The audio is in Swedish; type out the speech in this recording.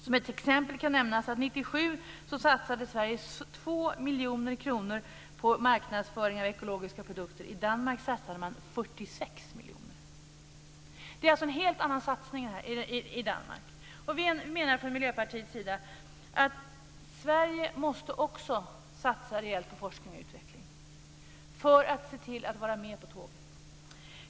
Som ett exempel kan nämnas att 1997 satsade Sverige 2 miljoner kronor på marknadsföring av ekologiska produkter, och i Danmark satsade man 46 miljoner. Det är alltså en helt annan satsning i Vi menar från Miljöpartiets sida att Sverige också måste satsa rejält på forskning och utveckling, för att se till att vara med på tåget.